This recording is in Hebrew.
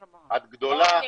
את גדולה,